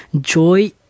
joy